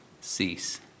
cease